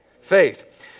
faith